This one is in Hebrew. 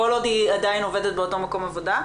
כל עוד היא עדיין עובדת באותו מקום עבודה?